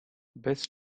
best